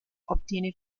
obtiene